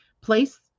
Place